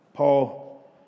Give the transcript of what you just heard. Paul